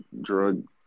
drug